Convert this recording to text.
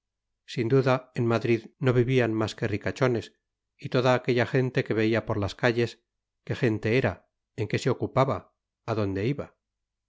sin duda en madrid no vivían más que ricachones y toda aquella gente que veía por las calles qué gente era en qué se ocupaba a dónde iba